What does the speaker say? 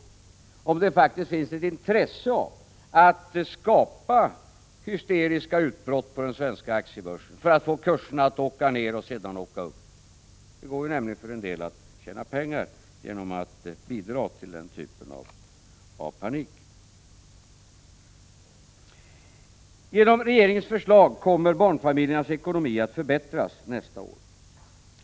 Det kan faktiskt också finnas ett intresse av att skapa hysteriska utbrott på den svenska aktiemarknaden för att få kurserna att gå ner och sedan upp, för det går nämligen för en del att tjäna pengar genom att bidra till den typen av panik. Genom regeringens förslag kommer barnfamiljernas ekonomi att förbättras nästa år.